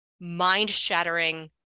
mind-shattering